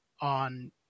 on